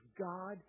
God